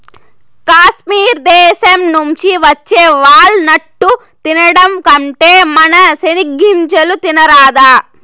కాశ్మీర్ దేశం నుంచి వచ్చే వాల్ నట్టు తినడం కంటే మన సెనిగ్గింజలు తినరాదా